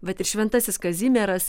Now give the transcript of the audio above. vat ir šventasis kazimieras